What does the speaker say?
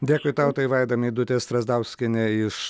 dėkui tau tai vaida medutė strazdauskienė iš